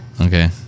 Okay